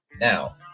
now